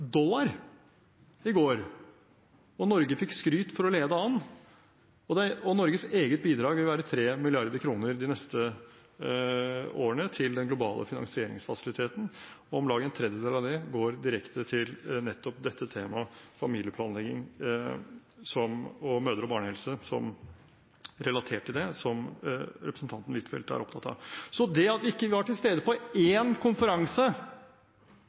dollar i går, og Norge fikk skryt for å lede an. Norges eget bidrag vil være 3 mrd. kr de neste årene til den globale finansieringsfasiliteten. Om lag en tredjedel av det går nettopp direkte til tema relatert til familieplanlegging og mødre- og barnehelse, som representanten Huitfeldt er opptatt av. Så det at vi ikke var til stede på én konferanse,